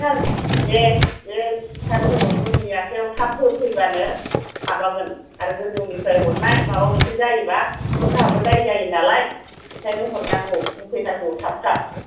सार दे बे सार सौरब मोननि आखायाव थाब होफैबानो माबागोन आर गोजौनिफ्राय हरनाय माबा मोनसे जायोबा जोहाबो दाय जायो नालाय बेखायनो हरनांगौ होफैनांगौ थाब थाब